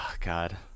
God